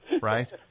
right